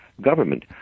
government